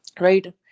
Right